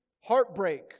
heartbreak